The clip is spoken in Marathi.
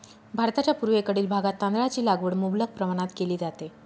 भारताच्या पूर्वेकडील भागात तांदळाची लागवड मुबलक प्रमाणात केली जाते